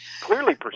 Clearly